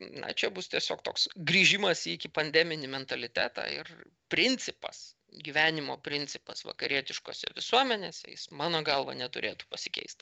na čia bus tiesiog toks grįžimas į iki pandeminį mentalitetą ir principas gyvenimo principas vakarietiškose visuomenėse jis mano galva neturėtų pasikeist